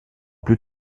plus